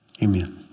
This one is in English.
Amen